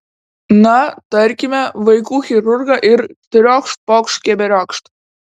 na tarkime vaikų chirurgą ir triokšt pokšt keberiokšt